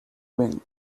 wing